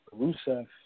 Rusev